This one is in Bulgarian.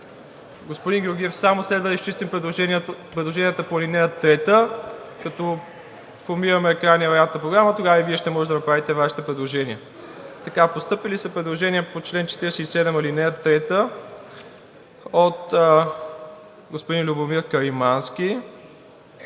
Господин Георгиев, само да изчистим предложенията по ал. 3, като формираме крайния вариант на Програмата, тогава и Вие ще можете да направите Вашите предложения. Постъпили са предложения по чл. 47, ал. 3 от господин Любомир Каримански,